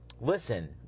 listen